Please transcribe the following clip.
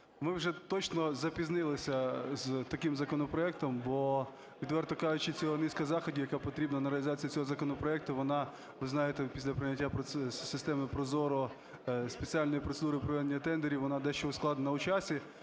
Ми вже точно запізнилися з таким законопроектом, бо, відверто кажучи, ціла низка заходів, яка потрібна на реалізацію цього законопроекту, вона, ви знаєте, після прийняття системи ProZorro, спеціальної процедури проведення тендерів, вона дещо ускладнена у часі,